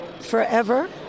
forever